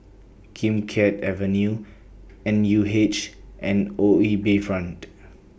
Kim Keat Avenue N U H and O E Bayfront